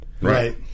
Right